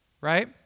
right